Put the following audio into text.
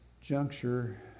juncture